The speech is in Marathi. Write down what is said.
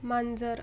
मांजर